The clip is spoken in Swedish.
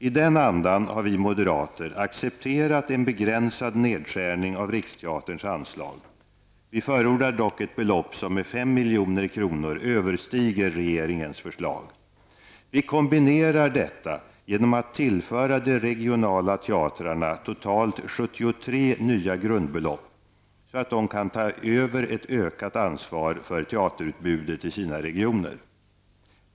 I den andan har vi moderater accepterat en begränsad nedskärning av Riksteaterns anslag. Vi förordar dock ett belopp som med 5 milj.kr. överstiger regeringens förslag. Vi kombinerar detta genom att tillföra de regionala teatrarna totalt 73 nya grundbelopp så att de kan ta ett ökat ansvar för teaterutbudet i sina regioner.